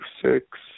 six